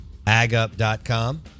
AgUp.com